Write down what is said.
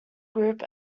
group